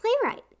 playwright